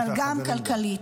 -- אבל גם כלכלית.